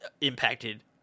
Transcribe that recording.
impacted